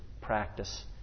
practice